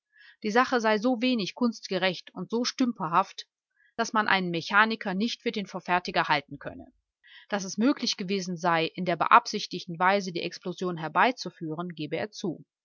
die sache sei so wenig kunstgerecht und so stümperhaft daß man einen mechaniker nicht für den verfertiger halten könne daß es möglich gewesen sei in der beabsichtigten weise die explosion herbeizuführen gebe er zu